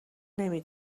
نمی